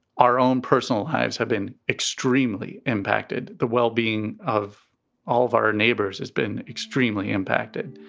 our own personal lives have been extremely impacted. the well-being of all of our neighbors has been extremely impacted.